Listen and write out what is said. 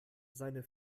seine